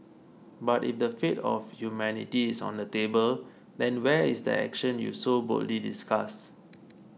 but if the fate of humanity is on the table then where is the action you so boldly discuss